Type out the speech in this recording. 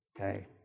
Okay